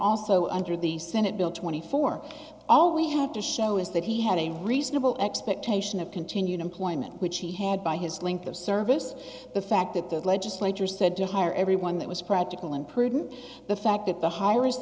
also under the senate bill twenty four all we have to show is that he had a reasonable expectation of continued employment which he had by his length of service the fact that the legislature said to hire everyone that was practical and prudent the fact that the hi